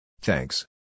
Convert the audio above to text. Thanks